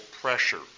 pressure